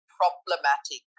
problematic